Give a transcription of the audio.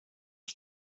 els